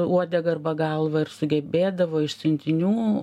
uodegą arba galvą ir sugebėdavo iš siuntinių